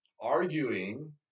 arguing